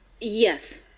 Yes